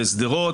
בשדרות.